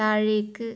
താഴേക്ക്